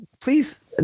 Please